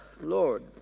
Lord